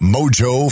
Mojo